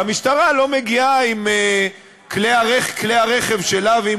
והמשטרה לא מגיעה עם כלי הרכב שלה ועם